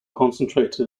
concentrated